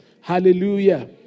Hallelujah